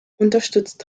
unterstützt